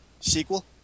Sequel